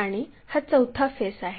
आणि हा चौथा फेस आहे